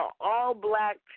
all-black